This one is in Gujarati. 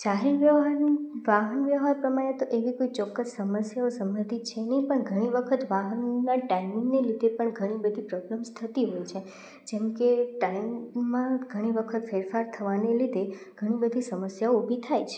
જાહેર વ્યવહારનું વાહન વ્યવહાર પ્રમાણે તો એવી કોઈ ચોક્કસ સમસ્યાઓ સંબંધિત છે નહીં ઘણી વખત વાહનના ટાઈમિંગના લીધે પણ ઘણી બધી પ્રોબ્લેમ્સ થતી હોય છે જેમકે ટાઇમમાં ઘણી વખત ફેરફાર થવાને લીધે ઘણી બધી સમસ્યાઓ ઊભી થાય છે